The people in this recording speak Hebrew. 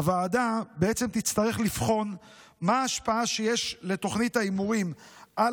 הוועדה בעצם תצטרך לבחון מהי ההשפעה שיש לתוכנית ההימורים על